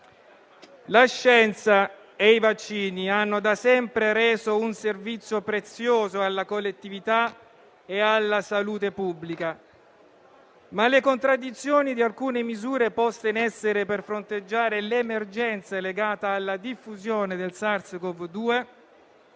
La scienza e i vaccini hanno da sempre reso un servizio prezioso alla collettività e alla salute pubblica, ma le contraddizioni di alcune misure poste in essere per fronteggiare l'emergenza legata alla diffusione del SARS-CoV-2,